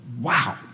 wow